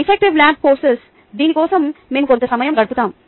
affective lab కోర్సులు దీని కోసం మేము కొంత సమయం గడుపుతాము